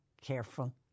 careful